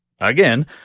Again